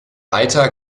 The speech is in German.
eiter